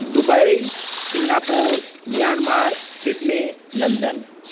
Dubai Singapore Myanmar Sydney London